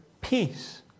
peace